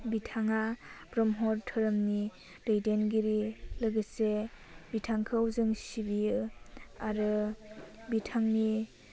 बिथाङा ब्रह्म धोरोमनि दैदेनगिरि लोगोसे बिथांखौ जों सिबियो आरो बिथांनि